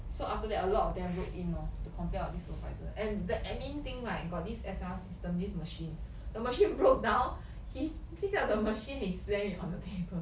so after that a lot of them wrote in lor to complain about this supervisor and the admin thing right got this S_R system this machine the machine broke down he pick up the machine he slammed it on the table